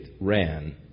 ran